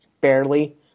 barely